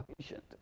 patient